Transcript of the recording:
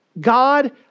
God